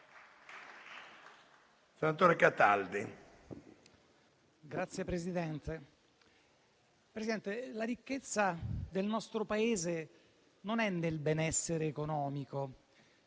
la ricchezza del nostro Paese non è nel benessere economico.